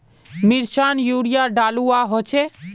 मिर्चान यूरिया डलुआ होचे?